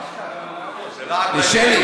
שלי,